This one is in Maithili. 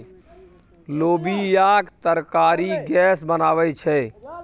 लोबियाक तरकारी गैस बनाबै छै